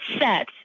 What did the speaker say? set